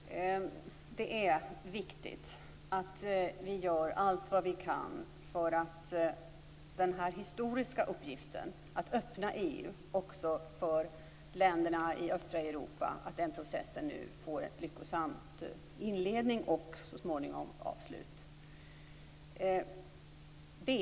Herr talman! Det är viktigt att vi gör allt vi kan för att denna historiska uppgift med processen att öppna EU också för länderna i östra Europa nu får en lyckosam inledning och så småningom ett avslut.